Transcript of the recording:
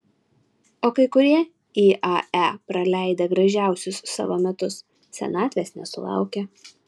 o kai kurie iae praleidę gražiausius savo metus senatvės nesulaukia